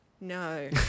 No